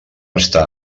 estar